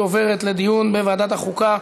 לוועדת החוקה,